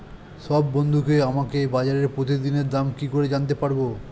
সব বন্ধুকে আমাকে বাজারের প্রতিদিনের দাম কি করে জানাতে পারবো?